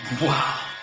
wow